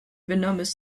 venomous